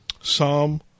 Psalm